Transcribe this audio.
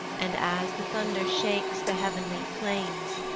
and, as the thunder shakes the heav'nly plains,